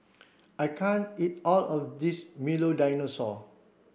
I can't eat all of this Milo Dinosaur